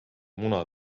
muna